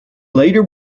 later